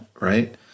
right